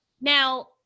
Now